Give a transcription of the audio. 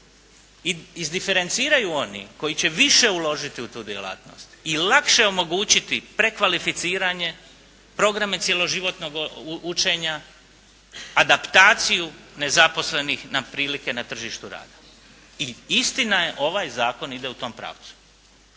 izdiferenciraju oni koji će više uložiti u tu djelatnost i lakše omogućiti prekvalificiranje, programe cjeloživotnog učenja, adaptaciju nezaposlenih na prilike na tržištu rada. I istina je, ovaj zakon ide u tom pravcu.